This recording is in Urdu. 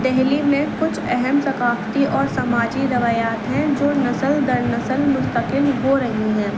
دہلی میں کچھ اہم ثقافتی اور سماجی روایات ہیں جو نسل در نسل منتقل ہو رہی ہیں